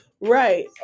Right